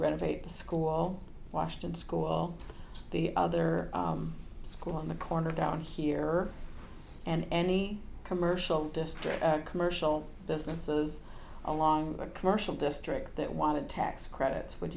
renovate the school washington school the other school in the corner down here and any commercial district commercial businesses along a commercial district that want to tax credits would